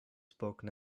spoken